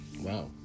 Wow